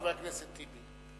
חבר הכנסת טיבי.